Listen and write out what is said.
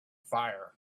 fire